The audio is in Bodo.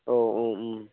औ अ